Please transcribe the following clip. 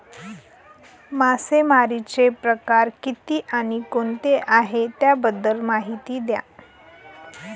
मासेमारी चे प्रकार किती आणि कोणते आहे त्याबद्दल महिती द्या?